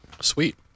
Sweet